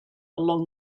along